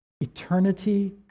eternity